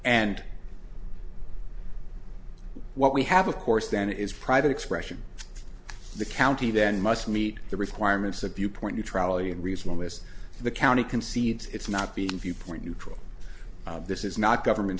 and what we have of course then is private expression the county then must meet the requirements of viewpoint neutrality and reason with the county concedes it's not being viewpoint neutral this is not government